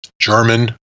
German